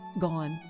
gone